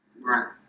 right